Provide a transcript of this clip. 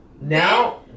Now